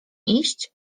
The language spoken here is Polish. iść